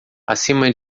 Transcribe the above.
acima